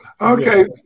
Okay